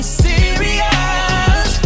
serious